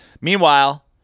Meanwhile